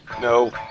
No